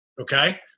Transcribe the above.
okay